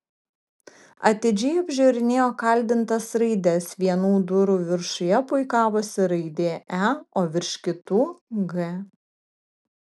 atidžiai apžiūrinėjo kaldintas raides vienų durų viršuje puikavosi raidė e o virš kitų g